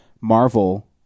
Marvel